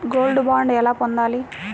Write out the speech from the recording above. Gold bond ఎలా పొందాలి?